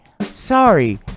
Sorry